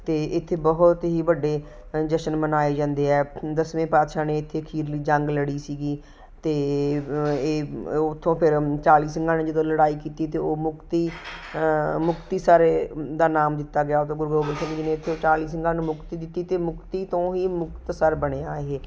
ਅਤੇ ਇੱਥੇ ਬਹੁਤ ਹੀ ਵੱਡੇ ਜਸ਼ਨ ਮਨਾਏ ਜਾਂਦੇ ਆ ਦਸਵੇਂ ਪਾਤਸ਼ਾਹ ਨੇ ਇੱਥੇ ਅਖੀਰਲੀ ਜੰਗ ਲੜੀ ਸੀਗੀ ਅਤੇ ਇਹ ਉਥੋਂ ਫਿਰ ਚਾਲੀ ਸਿੰਘਾਂ ਨੇ ਜਦੋਂ ਲੜਾਈ ਕੀਤੀ ਤਾਂ ਉਹ ਮੁਕਤੀ ਮੁਕਤੀਸਰ ਦਾ ਨਾਮ ਦਿੱਤਾ ਗਿਆ ਉਦੋਂ ਗੁਰੂ ਗੋਬਿੰਦ ਸਿੰਘ ਜੀ ਨੇ ਇੱਥੇ ਚਾਲੀ ਸਿੰਘਾਂ ਨੂੰ ਮੁਕਤੀ ਦਿੱਤੀ ਅਤੇ ਮੁਕਤੀ ਤੋਂ ਹੀ ਮੁਕਤਸਰ ਬਣਿਆ ਇਹ